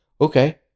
okay